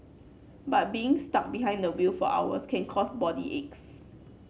but being stuck behind the wheel for hours can cause body aches